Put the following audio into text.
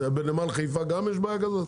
גם בנמל חיפה יש בעיה כזאת?